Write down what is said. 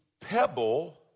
pebble